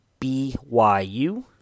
BYU